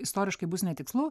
istoriškai bus netikslu